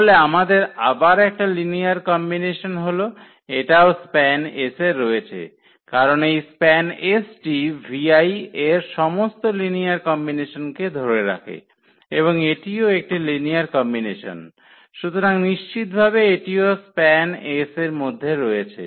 তাহলে আমাদের আবার একটা লিনিয়ার কম্বিনেশন হল এটাও SPAN𝑆 এ রয়েছে কারণ এই SPAN𝑆 টি v𝑖 এর সমস্ত লিনিয়ার কম্বিনেশন কে ধরে রাখে এবং এটিও একটি লিনিয়ার কম্বিনেশন সুতরাং নিশ্চিত ভাবে এটিও SPAN𝑆 এর মধ্যে রয়েছে